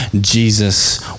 Jesus